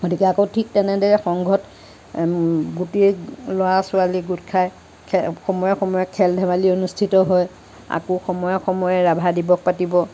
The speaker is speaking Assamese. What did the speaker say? গতিকে আকৌ ঠিক তেনেদৰে সংঘত গোতেই ল'ৰা ছোৱালী গোট খায় খে সময়ে সময়ে খেল ধেমালি অনুষ্ঠিত হয় আকৌ সময়ে সময়ে ৰাভা দিৱস পাতিব